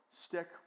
Stick